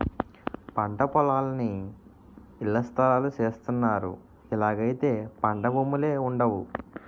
పంటపొలాలన్నీ ఇళ్లస్థలాలు సేసస్తన్నారు ఇలాగైతే పంటభూములే వుండవు